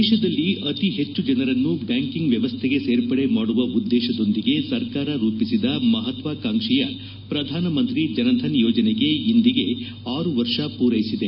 ದೇಶದಲ್ಲಿ ಅತಿ ಹೆಚ್ಚು ಜನರನ್ನು ಬ್ಲಾಂಕಿಂಗ್ ವ್ಲವಸ್ಥೆಗೆ ಸೇರ್ಪಡೆ ಮಾಡುವ ಉದ್ದೇಶದೊಂದಿಗೆ ಸರ್ಕಾರ ರೂಪಿಸಿದ ಮಹತ್ವಾಕಾಂಕ್ಷಿಯ ಪ್ರಧಾನಮಂತ್ರಿ ಜನ್ಧನ್ ಯೋಜನೆಗೆ ಇಂದಿಗೆ ಆರು ವರ್ಷ ಪೂರ್ನೆಸಿದೆ